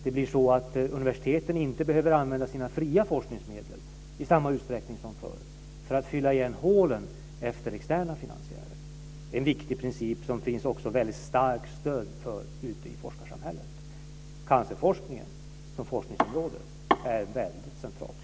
Det blir så att universiteten inte behöver använda sina fria forskningsmedel i samma utsträckning som förr för att fylla igen hålen efter externa finansiärer. Det är en viktig princip, som det också finns starkt stöd för ute i forskarsamhället. Cancerforskningen som forskningsområde är väldigt centralt.